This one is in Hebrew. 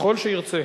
ככל שירצה.